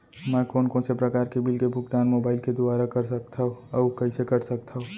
मैं कोन कोन से प्रकार के बिल के भुगतान मोबाईल के दुवारा कर सकथव अऊ कइसे कर सकथव?